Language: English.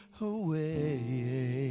away